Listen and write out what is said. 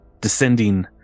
descending